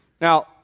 Now